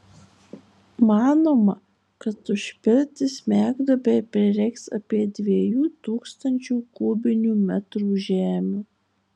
manoma kad užpilti smegduobei prireiks apie dviejų tūkstančių kubinių metrų žemių